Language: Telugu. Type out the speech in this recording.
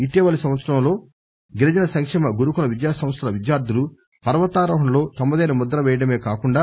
ఇటీవలి సంవత్సరంలో గిరిజన సంకేమ గురుకుల విద్యాసంస్థల విద్యార్గులు పర్వతారోహణల్లో తమదైన ముద్ర పేయడమే గాకుండా